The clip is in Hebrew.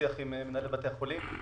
בשיח עם מנהלי בתי החולים.